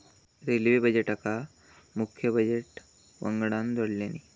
railway बजेटका मुख्य budget वंगडान जोडल्यानी